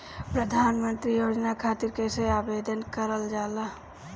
प्रधानमंत्री योजना खातिर कइसे आवेदन कइल जाला?